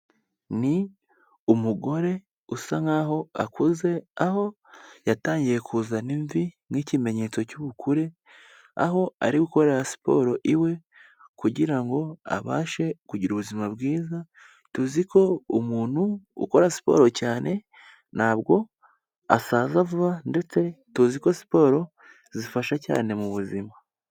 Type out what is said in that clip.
Ni umugore usa nk'aho akuze aho yatangiye kuzana imvi nk'ikimenyetso cy'ubukure, aho ari gukorera siporo iwe kugira ngo abashe kugira ubuzima bwiza tuzi ko umuntu ukora siporo cyane ntabwo asaza vuba ndetse tuzi ko siporo zifasha cyane mu buzima.